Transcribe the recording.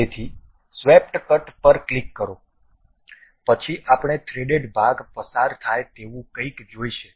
તેથી સ્વેપટ કટ પર ક્લિક કરો પછી આપણે થ્રેડેડ ભાગ પસાર થાય તેવું કંઈક જોશું